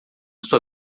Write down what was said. sua